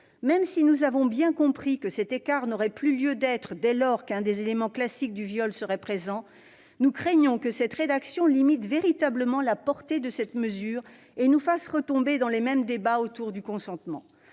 Même si nous avons bien compris que cet écart n'aurait plus lieu d'être dès lors qu'un des éléments classiques du viol serait présent, nous craignons que cette rédaction ne limite véritablement la portée de cette mesure et ne nous fasse retomber dans les mêmes débats autour du consentement.